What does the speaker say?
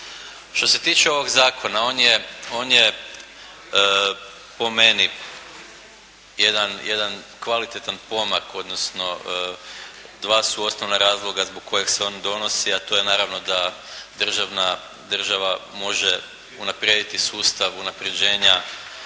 Što se tiče ovog zakona on je po meni jedan kvalitetan pomak, odnosno dva su osnovna razloga zbog kojeg se on donosi, a to je naravno da država može unaprijediti sustav unapređenja